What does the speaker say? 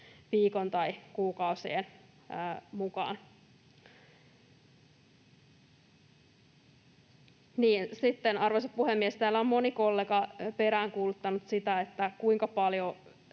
viikon tai kuukausien mukaan. Sitten, arvoisa puhemies, täällä on moni kollega peräänkuuluttanut sitä, kuinka paljon